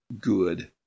good